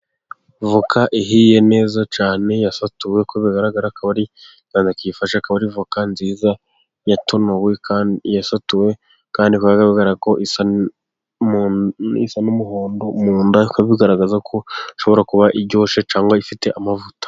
Voka ihiye neza cyane yasatuwe uko bigaragara akaba ari kiyifashe kaba ari voka nziza yatonowe yasatuwe kandi kugaragara ko isa n'umuhondo mu nda, ikaba bigaragaza ko ishobora kuba iryoshye cyangwa ifite amavuta.